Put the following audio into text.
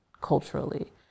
culturally